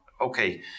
Okay